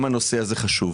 לכן גם הנושא הזה חשוב.